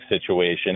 situation